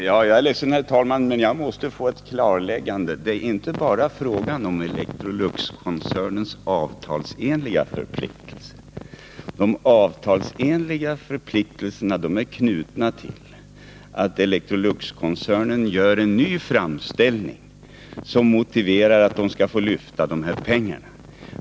Herr talman! Jag är ledsen, men jag måste få ett klarläggande. Det är inte bara fråga om Electroluxkoncernens avtalsenliga förpliktelser. De avtalsenliga förpliktelserna är knutna till att Electrolux gör en ny framställning om att få lyfta pengarna.